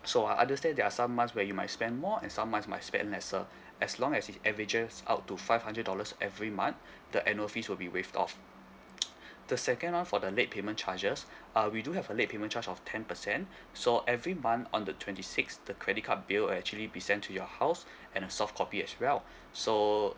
so I understand there are some months where you might spend more and some month might spend lesser as long as it averages out to five hundred dollars every month the annual fees will be waived off the second one for the late payment charges ah we do have a late payment charge of ten percent so every month on the twenty sixth the credit card bill will actually be sent to your house and a soft copy as well so